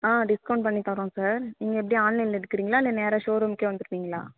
ஆ discount பண்ணி தரோம் sir நீங்கள் எப்படி ஆன்லைனில் எடுக்கிறிங்களா இல்லை நேராக ஷோரூம்க்கே வந்துடறிங்களா